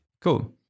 Cool